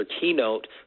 keynote